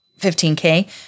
15k